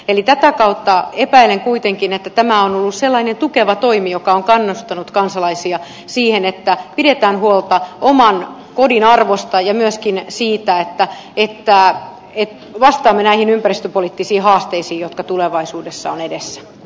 eli tätä kautta epäilen kuitenkin että tämä on ollut sellainen tukeva toimi joka on kannustanut kansalaisia siihen että pidetään huolta oman kodin arvosta ja myöskin siitä että vastaamme näihin ympäristöpoliittisiin haasteisiin jotka tulevaisuudessa ovat edessä